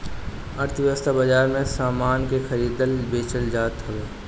अर्थव्यवस्था बाजार में सामान के खरीदल बेचल जात हवे